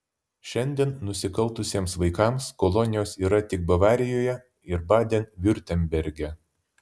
šiandien nusikaltusiems vaikams kolonijos yra tik bavarijoje ir baden viurtemberge